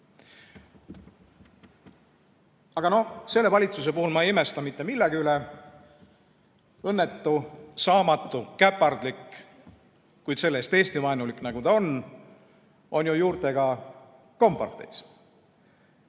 Aga selle valitsuse puhul ma ei imesta mitte millegi üle. Õnnetu, saamatu, käpardlik, kuid see-eest Eesti-vaenulik valitsus, nagu ta on, on ju juurtega komparteis.